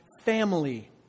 family